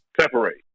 Separate